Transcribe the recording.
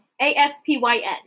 A-S-P-Y-N